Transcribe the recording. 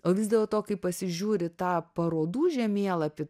o vis dėlto kai pasižiūri į tą parodų žemėlapį